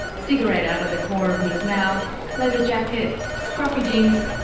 cigarette out of the corner of his mouth. leather jacket. scruffy jeans.